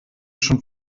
schon